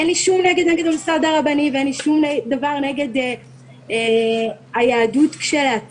אין לי שום דבר נגד הממסד הרבני ואין לי שום דבר נגד היהדות כשלעצמה,